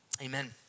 Amen